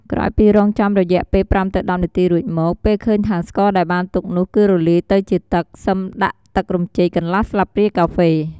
ក្រោយពីរង់ចាំរយៈពេល ៥ ទៅ ១០ នាទីរួចមក ពេលឃើញថាស្ករដែលបានទុកនោះគឺរលាយទៅជាទឹក សិមដាក់ទឹករំចេកកន្លះស្លាបព្រាកាហ្វេ។